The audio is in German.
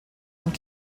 und